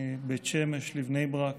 מבית שמש לבני ברק,